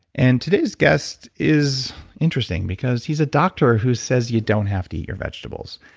and today's guest is interesting because he's a doctor who says you don't have to eat your vegetables.